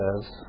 says